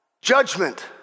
Judgment